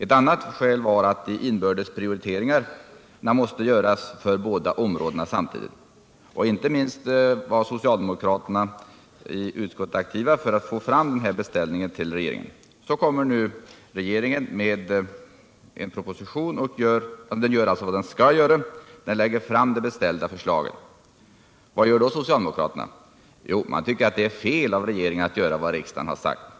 Ett annat skäl var att de inbördes prioriteringarna måste göras för båda områdena samtidigt. Inte minst socialdemokraterna i utskottet var aktiva för att få fram den här beställningen till regeringen. Så gör nu regeringen vad den skall göra — den lägger fram det beställda förslaget. Vad gör då socialdemokraterna? Jo, de säger att det är fel av regeringen att göra vad riksdagen har sagt.